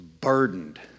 burdened